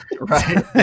Right